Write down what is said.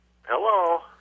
Hello